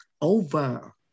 over